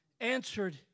answered